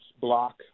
block